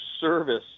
service